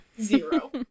Zero